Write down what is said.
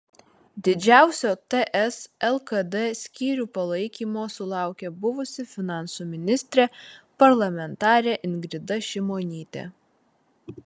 didžiausio ts lkd skyrių palaikymo sulaukė buvusi finansų ministrė parlamentarė ingrida šimonytė